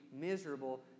miserable